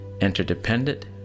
interdependent